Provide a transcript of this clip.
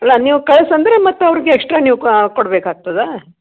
ಇಲ್ಲ ನೀವು ಕಳ್ಸಿ ಅಂದರೆ ಮತ್ತು ಅವ್ರ್ಗೆ ಎಕ್ಸ್ಟ್ರಾ ನೀವು ಕೊಡ್ಬೇಕಾಗ್ತದೆ